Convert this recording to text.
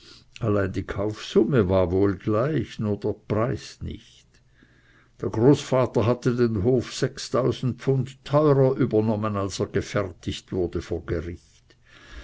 allein die kaufsumme war wohl gleich nur der preis nicht der großvater hatte den hof pfund teurer übernommen als er gefergget wurde vor gericht